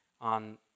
on